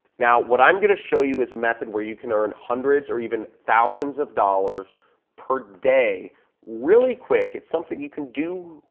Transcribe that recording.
now what i'm gonna show you is a method where you can earn hundreds or even thousands of dollars per day really quick. it's something you can do,